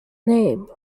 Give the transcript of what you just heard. name